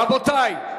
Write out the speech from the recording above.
רבותי,